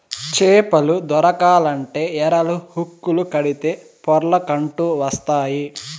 చేపలు దొరకాలంటే ఎరలు, హుక్కులు కడితే పొర్లకంటూ వస్తాయి